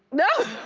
no?